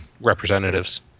representatives